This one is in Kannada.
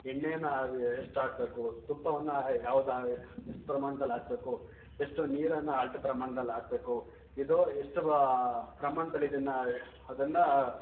ಎಣ್ಣೆಯನ್ನು ಎಷ್ಟು ಹಾಕ್ಬೇಕು ತುಪ್ಪವನ್ನು ಯಾವ್ದು ಎಷ್ಟು ಪ್ರಮಾಣ್ದಲ್ಲಿ ಹಾಕ್ಬೇಕು ಎಷ್ಟು ನೀರನ್ನು ಅಳತೆ ಪ್ರಮಾಣ್ದಲ್ಲಿ ಹಾಕ್ಬೇಕು ಇದು ಎಷ್ಟು ಪ್ರಮಾಣ್ದಲ್ಲಿ ಇದನ್ನು ಅದನ್ನು